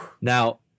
Now